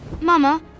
Mama